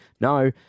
no